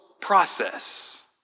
process